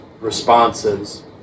responses